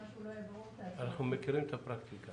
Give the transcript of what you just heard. אנחנו מכירים את הפרקטיקה